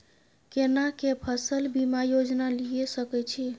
केना के फसल बीमा योजना लीए सके छी?